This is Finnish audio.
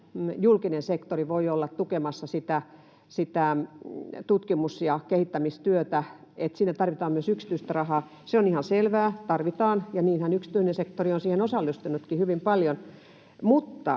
julkinen sektori voi olla tukemassa sitä tutkimus‑ ja kehittämistyötä vaan siinä tarvitaan myös yksityistä rahaa. Se on ihan selvää, tarvitaan, ja niinhän yksityinen sektori on siihen osallistunutkin, hyvin paljon,